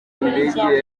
indege